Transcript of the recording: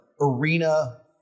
arena